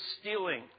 stealing